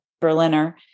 Berliner